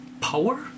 power